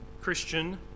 Christian